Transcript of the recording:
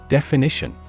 Definition